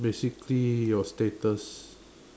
basically your status